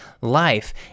life